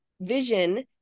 vision